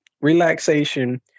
relaxation